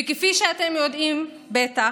וכפי שאתם יודעים בטח,